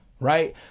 Right